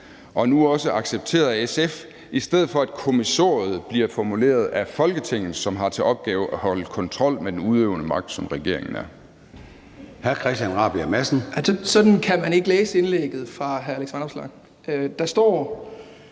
og nu også accepteret af SF, i stedet for at kommissoriet bliver formuleret af Folketinget, som har til opgave at holde kontrol med den udøvende magt, som regeringen er. Kl. 16:34 Formanden (Søren Gade): Hr. Christian